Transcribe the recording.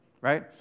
right